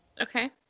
Okay